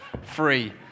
free